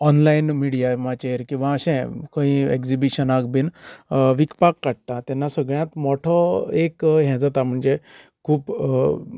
online मिडियमाचेर किवां अशें खंयी एग्जिबिशनाक बीन विकपाक काडटा तेन्ना सगळ्यांत मोठो एक हें जाता म्हणजे खूब